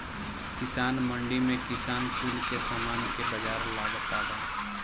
किसान मंडी में किसान कुल के सामान के बाजार लागता बा